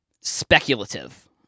speculative